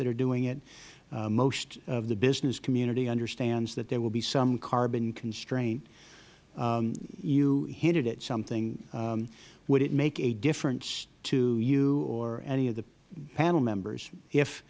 that are doing it most of the business community understand that there will be some carbon constraint you hinted at something would it make a difference to you or any of the panel members if